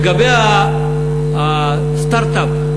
לגבי הסטרט-אפ,